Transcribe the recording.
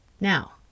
Now